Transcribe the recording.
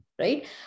right